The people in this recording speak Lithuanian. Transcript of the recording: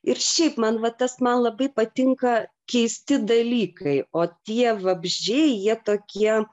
ir šiaip man va tas man labai patinka keisti dalykai o tie vabzdžiai jie tokie